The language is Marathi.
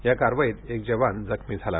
या कारवाईत एक जवान जखमी झाला आहे